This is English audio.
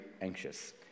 anxious